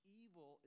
evil